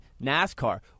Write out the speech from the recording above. NASCAR